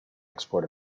export